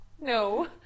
No